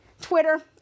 Twitter